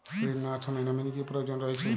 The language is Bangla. ঋণ নেওয়ার সময় নমিনি কি প্রয়োজন রয়েছে?